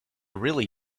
really